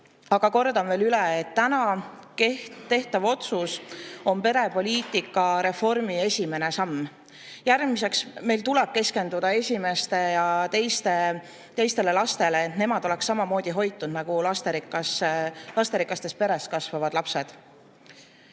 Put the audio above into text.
aga kordan veel üle, et täna tehtav otsus on perepoliitika reformi esimene samm. Järgmiseks tuleb meil keskenduda esimestele ja teistele lastele, et nemad oleksid samamoodi hoitud nagu lasterikastes peredes kasvavad lapsed.